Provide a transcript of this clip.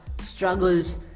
struggles